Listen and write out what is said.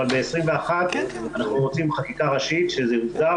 אבל ב-2021 אנחנו רוצים שזה יוסדר